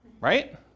Right